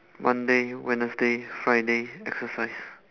monday wednesday friday exercise